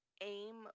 aim